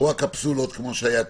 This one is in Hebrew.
כמו הקפסולות,